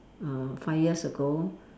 uh five years ago